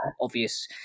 obvious